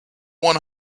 one